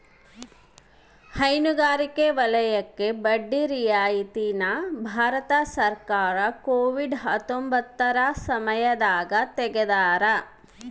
ಹೈನುಗಾರಿಕೆ ವಲಯಕ್ಕೆ ಬಡ್ಡಿ ರಿಯಾಯಿತಿ ನ ಭಾರತ ಸರ್ಕಾರ ಕೋವಿಡ್ ಹತ್ತೊಂಬತ್ತ ಸಮಯದಾಗ ತೆಗ್ದಾರ